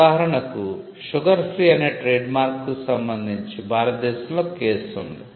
ఉదాహరణకు sugar free అనే trademark కు సంబంధించి భారతదేశంలో ఒక కేసు ఉంది